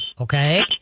Okay